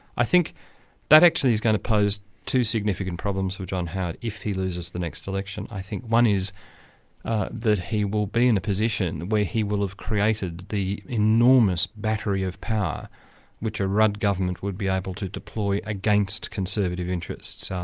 i think that actually is going to pose two significant problems for john howard if he loses the next election. i think one is that he will be in a position where he will have created the enormous battery of power which a rudd government would be able to deploy against conservative interests.